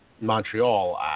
Montreal